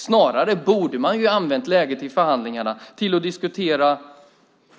Snarare borde man ha använt förhandlingarna till att diskutera